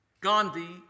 Gandhi